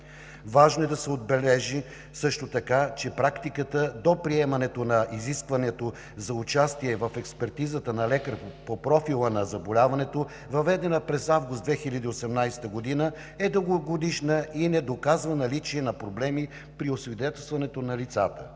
Важно е да се отбележи също така, че практиката до приемането на изискването за участие в експертизата на лекар по профила на заболяването, въведена през месец август 2018 г., е дългогодишна и не доказва наличие на проблеми при освидетелстването на лицата.